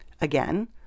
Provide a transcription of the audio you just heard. again